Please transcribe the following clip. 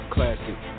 Classic